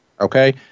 Okay